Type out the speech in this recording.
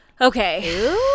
okay